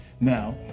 Now